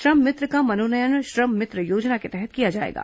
श्रम मित्र का मनोनयन श्रम मित्र योजना के तहत किया जाएगा